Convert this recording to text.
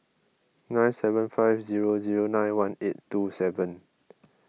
nine seven five zero zero nine one eight two seven